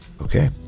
Okay